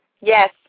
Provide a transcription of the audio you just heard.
Yes